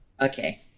okay